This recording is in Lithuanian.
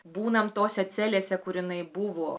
būnam tose celėse kur jinai buvo